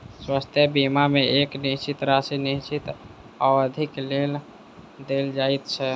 स्वास्थ्य बीमा मे एक निश्चित राशि निश्चित अवधिक लेल देल जाइत छै